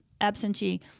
absentee